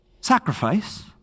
sacrifice